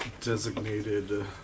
designated